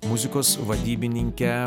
muzikos vadybininkę